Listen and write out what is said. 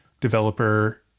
developer